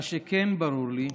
מה שכן ברור לי,